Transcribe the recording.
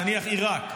נניח עיראק,